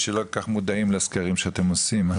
שלא כל כך מודעים לסקרים שאתם עושים.